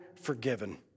forgiven